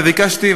ואני ביקשתי,